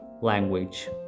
language